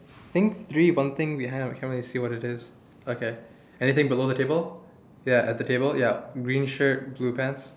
think three we have I can't really see what we have okay ya anything below the table ya at the table ya green shirt blue pants